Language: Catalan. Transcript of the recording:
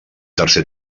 tercer